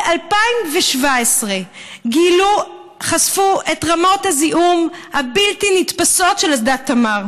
ב-2017 גילו וחשפו את רמות הזיהום הבלתי-נתפסות של אסדת תמר.